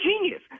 genius